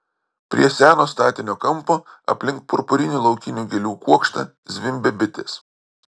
prie seno statinio kampo aplink purpurinių laukinių gėlių kuokštą zvimbė bitės